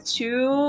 two